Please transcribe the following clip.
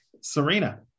Serena